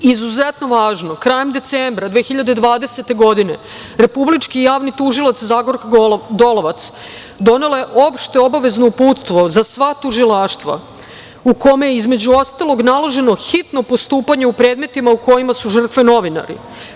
Izuzetno važno, krajem decembra 2020. godine, republički javni tužilaca Zagorka Dolovac, donela je opšte obavezno uputstvo za sva tužilaštva u kome između ostalog naloženo hitno postupanje u predmetima u kojima su žrtve novinari.